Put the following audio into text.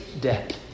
debt